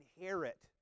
inherit